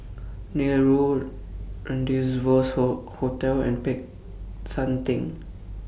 Neil Road Rendezvous Hall Hotel and Peck San Theng